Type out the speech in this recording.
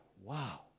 wow